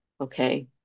okay